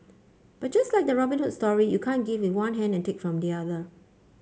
but just like the Robin Hood story you can't give with one hand and take from the other